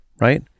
right